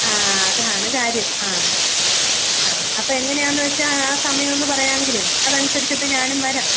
ആ അതാണ് കാര്യം ആ ആ അപ്പോൾ എങ്ങനെയാണെന്ന് വെച്ചാൽ ആ സമയം ഒന്ന് പറയാമെങ്കിലേ അതനുസരിച്ചിട്ട് ഞാനും വരാം